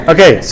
Okay